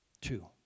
Two